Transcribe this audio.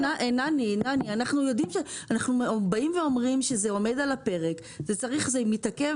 אנחנו אומרים שזה עומד על הפרק, זה מתעכב